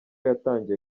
yatangiye